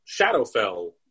Shadowfell